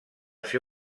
ser